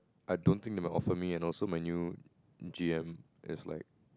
I don't think it will offer me and also my new G_M is like